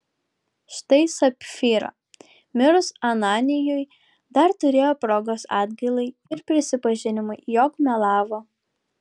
štai sapfyra mirus ananijui dar turėjo progos atgailai ir prisipažinimui jog melavo